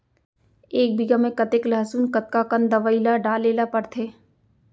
एक बीघा में कतेक लहसुन कतका कन दवई ल डाले ल पड़थे?